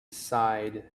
sighed